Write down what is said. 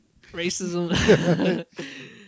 Racism